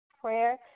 prayer